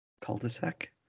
cul-de-sac